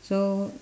so